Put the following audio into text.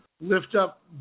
lift-up